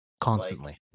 Constantly